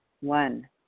one